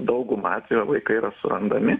dauguma atvejų vaikai yra surandami